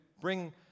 bring